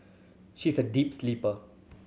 she's a deep sleeper